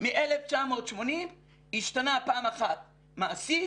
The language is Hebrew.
מ-1980 השתנה פעם אחת מעשית